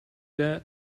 that